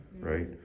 Right